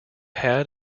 had